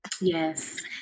Yes